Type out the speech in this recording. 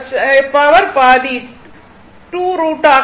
சக்தி பாதி 2 root ஆக இருக்கும்